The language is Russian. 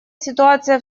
ситуация